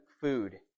food